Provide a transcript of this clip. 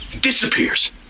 disappears